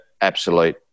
absolute